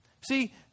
See